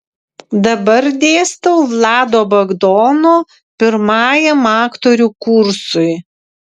dabar dėstau vlado bagdono pirmajam aktorių kursui